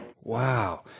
Wow